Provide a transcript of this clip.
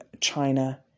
China